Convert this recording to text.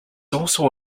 also